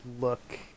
look